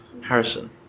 Harrison